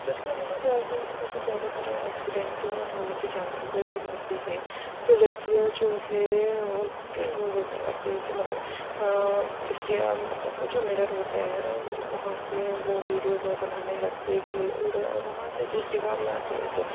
تو اس کی وجہ سے زیادہ تر لڑکیاں مطلب زیادہ تر ایکسیڈنٹ ہونے کے چانسز رہتے ہے تو لرکیاں جو ہے وہ کیا کہتے ہیں کہ مطلب ہاں کھرکیاں مطلب وہ جو میرر ہوتا ہے وہ وہاں سے وہ ویڈوز جو ہے بنانے لگتی ہے اور وہاں سے دوسری گاڑیاں آتی ہے تو